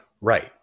right